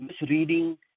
misreading